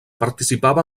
participava